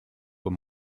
were